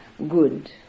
good